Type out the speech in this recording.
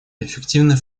эффективное